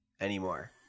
anymore